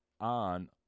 on